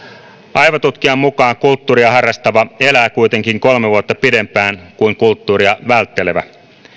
aivotutkijan mukaan kulttuuria harrastava elää kuitenkin kolme vuotta pidempään kuin kulttuuria välttelevä